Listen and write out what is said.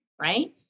Right